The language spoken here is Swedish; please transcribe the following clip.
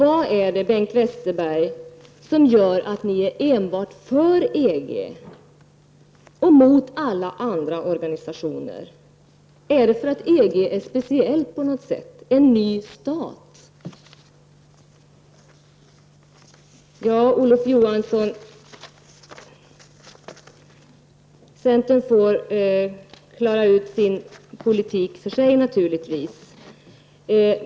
Vad är det, Bengt Westerberg, som gör att ni enbart är för EG och emot alla andra organisationer? Är det för att EG är speciell på något sätt -- något slags ny stat? Centern får naturligtvis klara ut sin politik själv.